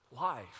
Life